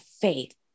faith